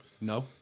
No